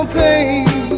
pain